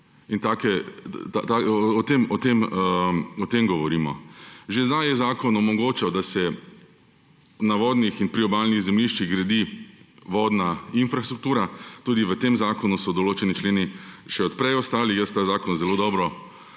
O tem govorimo. Že sedaj je zakon omogočal, da se na vodnih in priobalnih zemljiščih gradi vodna infrastruktura, tudi v tem zakonu so določeni členi še od prej ostali − jaz ta zakon zelo dobro